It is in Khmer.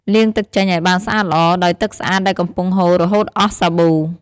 លាងទឹកចេញ ឱ្យបានស្អាតល្អ ដោយទឹកស្អាតដែលកំពុងហូររហូតអស់សាប៊ូ។